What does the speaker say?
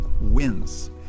wins